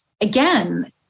again